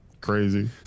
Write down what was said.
crazy